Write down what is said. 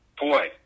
boy